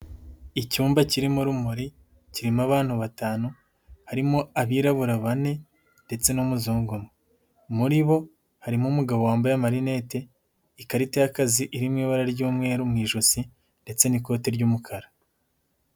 Icyumba kirimo urumuri, kirimo abantu 5 harimo abirabura 4 ndetse n'umuzungu 1. Muri bo harimo umugabo wambaye amarinete, ikarita y'akazi iri mu ibara ry'umweru mu ijosi ndetse n'ikoti ry'umukara.